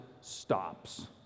stops